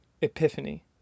epiphany